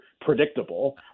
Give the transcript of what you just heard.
predictable